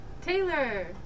Taylor